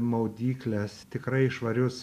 maudykles tikrai švarius